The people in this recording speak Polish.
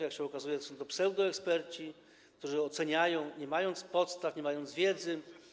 Jak się okazuje, są to pseudoeksperci, którzy oceniają, nie mając do tego podstaw, nie mając wiedzy.